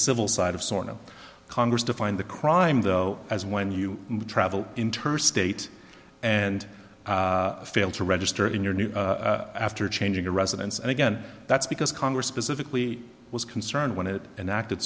civil side of sort of congress to find the crime though as when you travel inter state and fail to register in your new after changing a residence and again that's because congress specifically was concerned when it and act